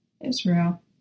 Israel